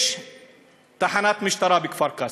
יש תחנת משטרה בכפר-קאסם,